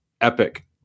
epic